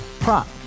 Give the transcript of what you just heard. Prop